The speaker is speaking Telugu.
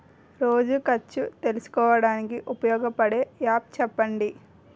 రోజు ఖర్చు తెలుసుకోవడానికి ఉపయోగపడే యాప్ చెప్పండీ?